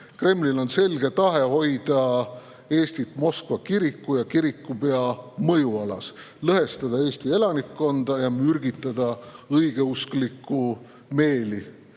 Kremlil on selge tahe hoida Eestit Moskva kiriku ja kirikupea mõjualas, lõhestada Eesti elanikkonda ja mürgitada õigeusklike meelt,